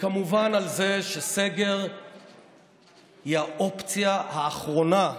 וכמובן על זה שסגר הוא האופציה האחרונה,